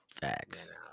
facts